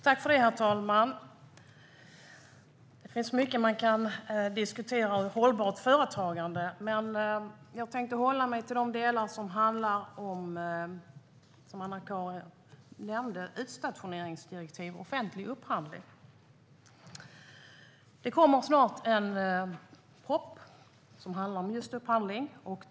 Herr talman! Det finns mycket man kan diskutera om hållbart företagande, men jag tänkte hålla mig till de delar som Anna-Caren nämnde: utstationeringsdirektiv och offentlig upphandling. Det kommer snart en proposition som handlar om just upphandling.